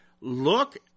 Look